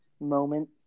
moment